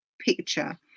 picture